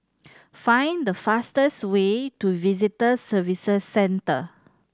find the fastest way to Visitor Services Centre